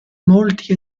molti